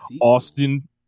Austin